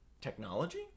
technology